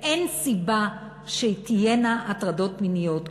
אין סיבה שתהיינה הטרדות מיניות,